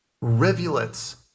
Rivulets